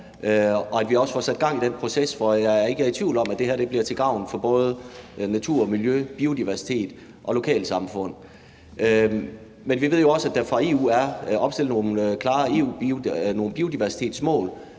og vi også får sat gang i den proces, som jeg ikke er i tvivl om bliver til gavn for både natur og miljø og biodiversitet og lokalsamfund. Men vi ved jo også, at der fra EU's side er opstillet nogle klare biodiversitetsmål,